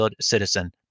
citizen